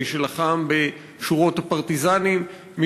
מי שלחם בשורות הפרטיזנים,